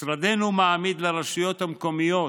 משרדנו מעמיד לרשויות המקומיות